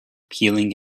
peeling